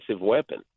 weapon